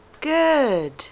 Good